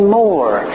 more